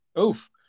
Oof